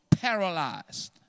paralyzed